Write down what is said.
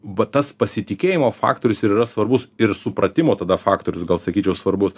va tas pasitikėjimo faktorius yra svarbus ir supratimo tada faktorius gal sakyčiau svarbus